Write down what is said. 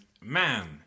man